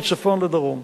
מצפון לדרום.